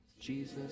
Jesus